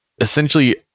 essentially